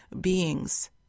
beings